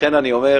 לכן אני אומר,